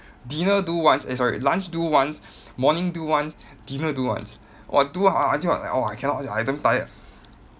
dinner do once eh sorry lunch do once morning do once dinner do once !wah! do ah until like !wah! I cannot sia I damn tired